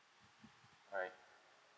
alright